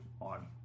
on